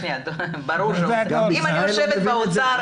שניה, אם אני יושבת באוצר